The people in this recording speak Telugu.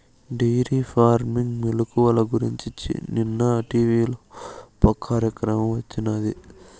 డెయిరీ ఫార్మింగ్ మెలుకువల గురించి నిన్న టీవీలోప కార్యక్రమం వచ్చినాది